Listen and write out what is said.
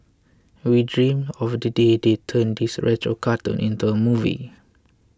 we dream of the day they turn this retro cartoon into a movie